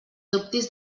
dubtis